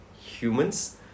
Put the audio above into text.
humans